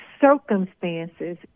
Circumstances